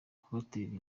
kubatera